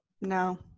No